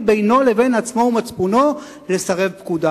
בינו לבין עצמו ומצפונו לסרב פקודה.